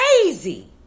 crazy